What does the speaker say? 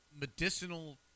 medicinal